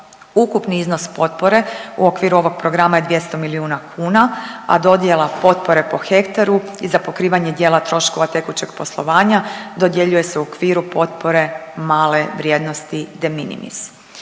Ukupni iznos potpore u okviru ovog programa je 200 milijuna kuna, a dodjela potpore po hektaru i za pokrivanje dijela troškova tekućeg poslovanja dodjeljuje se u okviru potpore male vrijednosti de minimis.